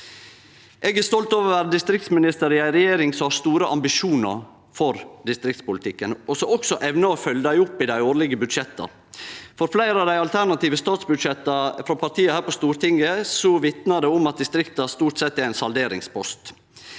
Eg er stolt over å vere distriktsminister i ei regjering som har store ambisjonar for distriktspolitikken, og som også evnar å følgje det opp i dei årlege budsjetta. Fleire av dei alternative statsbudsjetta frå partia her på Stortinget vitnar om at distrikta stort sett er ein salderingspost.